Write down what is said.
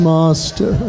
Master